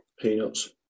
Peanuts